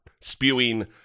spewing